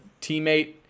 teammate